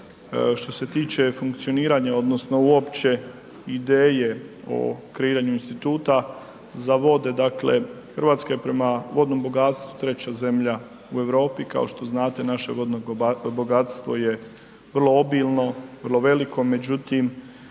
Što se tiče funkcioniranja odnosno uopće ideje o kreiranju instituta za vode, dakle Hrvatska je prema vodnom bogatstvu 3 zemlja u Europi. Kao što znate naše vodno bogatstvo je vrlo obilno, vrlo veliko, međutim